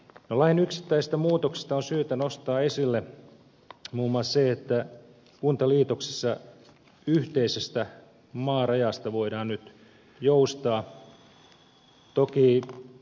lain yksittäisistä muutoksista on syytä nostaa esille muun muassa se että kuntaliitoksissa yhteisestä maarajasta voidaan nyt joustaa